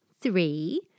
three